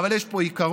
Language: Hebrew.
אבל יש פה עיקרון,